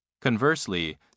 Conversely